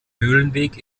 mühlenweg